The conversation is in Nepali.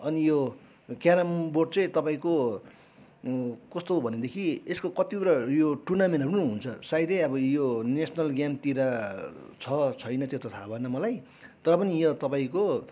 अनि यो क्यारम बोर्ड चाहिँ तपाईँको कस्तो हो भनेदेखि यसको कतिवटा यो टुर्नामेन्टहरू पनि हुन्छ सायदै अब यो नेसनल गेमतिर छ छैन त्यो त थाहा भएन मलाई तर पनि यहाँ तपाईँको